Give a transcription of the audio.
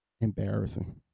Embarrassing